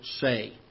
say